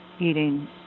eating